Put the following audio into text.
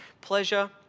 pleasure